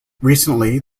recently